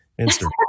Instagram